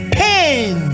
pain